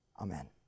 Amen